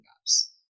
gaps